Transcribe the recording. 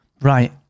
right